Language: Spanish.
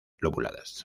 lobuladas